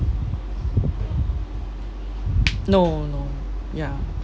no no ya